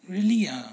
really ah